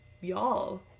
y'all